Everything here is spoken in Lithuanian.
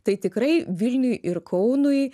tai tikrai vilniui ir kaunui